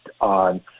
on